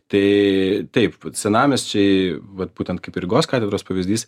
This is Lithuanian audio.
tai taip senamiesčiai va būtent kaip rygos katedros pavyzdys